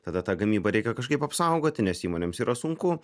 tada tą gamybą reikia kažkaip apsaugoti nes įmonėms yra sunku